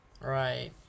Right